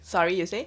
sorry you say